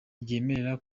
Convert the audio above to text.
ryemerera